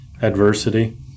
adversity